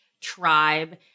tribe